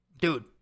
Dude